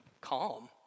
calm